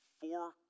four